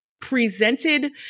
presented